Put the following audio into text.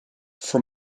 for